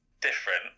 different